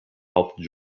helped